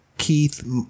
Keith